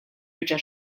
biċċa